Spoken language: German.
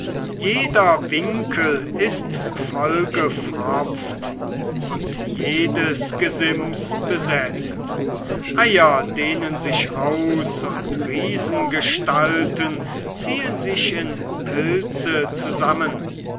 jeder winkel ist vollgepfropft und jedes gesims besetzt eier dehnen sich aus und riesengestalten ziehen sich in pilze zusammen